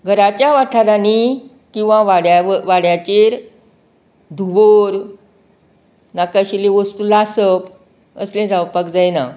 घराच्या वाठारानी किंवां वाड्यार वाड्याचेर धुंवोर नाका आशिल्ली वस्तू लासप असलें जावपाक जायना